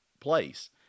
place